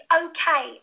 okay